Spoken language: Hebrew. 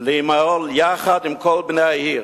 להימול יחד עם כל בני העיר.